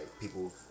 people